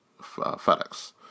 FedEx